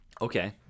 Okay